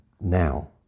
now